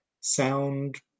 sound